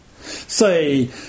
say